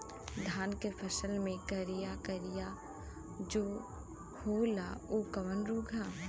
धान के फसल मे करिया करिया जो होला ऊ कवन रोग ह?